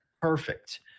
Perfect